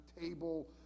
table